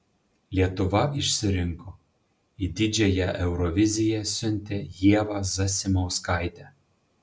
lietuva išsirinko į didžiąją euroviziją siuntė ievą zasimauskaitę